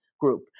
Group